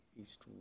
East